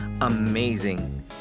amazing